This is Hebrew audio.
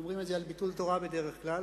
אומרים את זה על ביטול תורה, בדרך כלל.